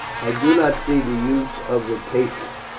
i do not see the use of the caestus,